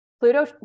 Pluto